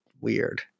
weird